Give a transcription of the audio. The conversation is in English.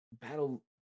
battle